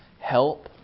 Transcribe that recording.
help